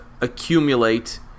accumulate